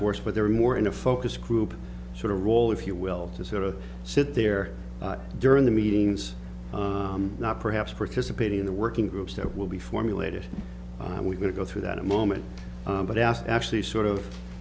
force but there are more in a focus group sort of role if you will to sort of sit there during the meetings not perhaps participating in the working groups that will be formulated and we're going to go through that moment but asked actually sort of